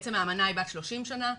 בעצם האמנה היא בת 30 שנה,